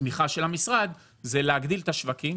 בתמיכה של המשרד הוא להגדיל את השווקים,